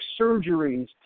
surgeries